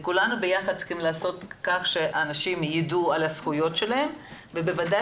וכולנו ביחד צריכים לעשות כך שהאנשים ידעו את זכויותיהם ובוודאי